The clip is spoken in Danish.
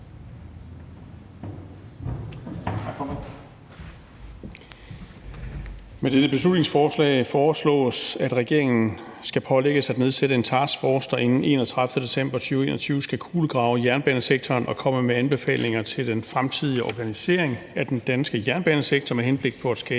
Med dette beslutningsforslag foreslås, at regeringen skal pålægges at nedsætte en taskforce, der inden den 31. december 2021 skal kulegrave jernbanesektoren og komme med anbefalinger til den fremtidige organisering af den danske jernbanesektor med henblik på at skabe